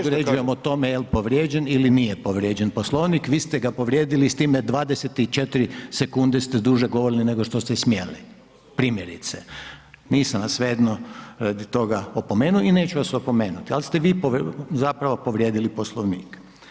Ja određujem o tome jel povrijeđen ili nije povrijeđen Poslovnik, vi ste ga povrijedili s time 24 sekunde ste duže govorili nego što ste smjeli, primjerice, nisam vas svejedno radi toga opomenuo i neću vas opomenuti, ali ste vi zapravo povrijedili Poslovnik.